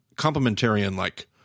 complementarian-like